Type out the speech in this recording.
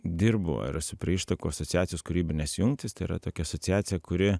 dirbu ir esu prie ištakų asociacijos kūrybinės jungtys tai yra tokia asociacija kuri